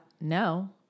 no